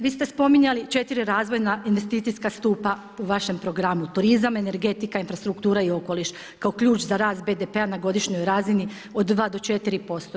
Vi ste spominjali četiri razvojna investicijska stupa u vašem programu, turizam, energetika, infrastruktura i okoliš kao ključ za rast BDP-a na godišnjoj razini od 2 do 4%